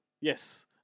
Yes